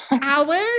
hours